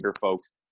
folks